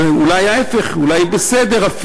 אולי להפך, אולי היא אפילו בסדר.